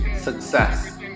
success